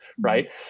Right